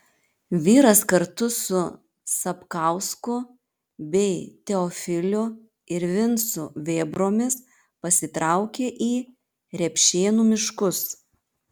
vyras kartu su sapkausku bei teofiliu ir vincu vėbromis pasitraukė į repšėnų miškus